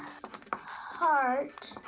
heart.